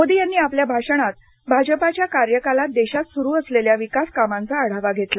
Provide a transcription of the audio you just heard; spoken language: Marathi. मोदी यांनी आपल्या भाषणात भाजपाच्या कार्यकालात देशात सुरू असलेल्या विकास कामांचा त्यांनी आढावा घेतला